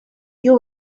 you